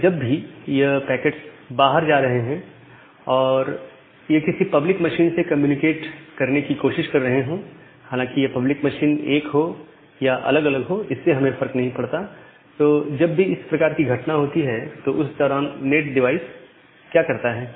अब जब भी यह पैकेट्स बाहर जा रहे हैं और यह किसी पब्लिक मशीन से कम्युनिकेट करने की कोशिश कर रहे हो हालांकि यह पब्लिक मशीन एक हो या अलग अलग इससे हमें फर्क नहीं पड़ता तो जब भी इस प्रकार की घटना होती है तो उस दौरान नैट डिवाइस क्या करता है